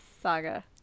Saga